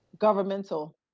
Governmental